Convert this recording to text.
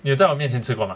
你有在我面前吃过 mah